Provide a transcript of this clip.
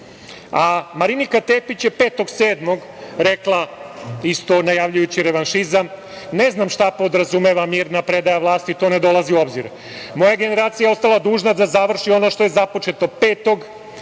nas. Marinika Tepić je 05.07. rekla, isto najavljujući revanšizam: "Ne znam šta podrazumeva mirna predaja vlasti, to ne dolazi u obzir. Moja generacija je ostala dužna da završi ono što je započeto 5.